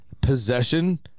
Possession